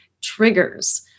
triggers